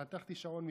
פתחתי שעון מפה,